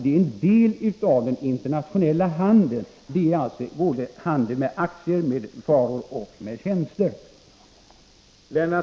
Det är en del av den internationella handeln, som alltså omfattar såväl aktier som varor och tjänster.